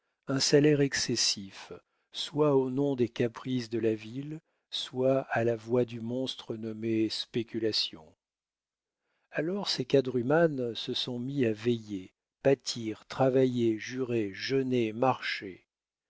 un salaire excessif soit au nom des caprices de la ville soit à la voix du monstre nommé spéculation alors ces quadrumanes se sont mis à veiller pâtir travailler jurer jeûner marcher